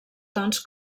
tons